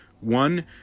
One